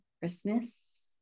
Christmas